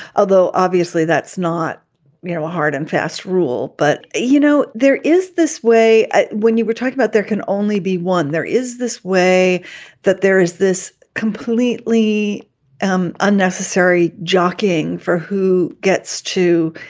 although obviously that's not you know hard and fast rule. but, you know, there is this way when you were talking about there can only be one, there is this way that there is this completely um unnecessary jockeying for who gets to